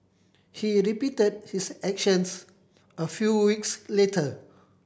he repeated his actions a few weeks later